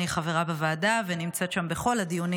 אני חברה בוועדה ונמצאת שם בכל הדיונים